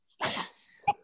Yes